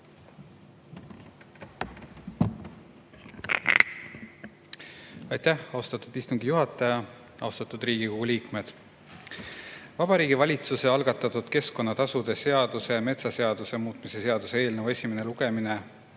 Aitäh, austatud istungi juhataja! Austatud Riigikogu liikmed! Vabariigi Valitsuse algatatud keskkonnatasude seaduse ja metsaseaduse muutmise seaduse eelnõu esimeseks lugemiseks